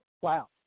wow